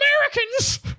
Americans